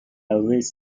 always